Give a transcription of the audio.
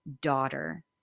daughter